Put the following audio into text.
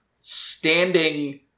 standing